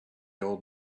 old